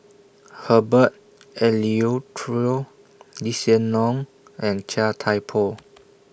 Herbert Eleuterio Lee Hsien Loong and Chia Thye Poh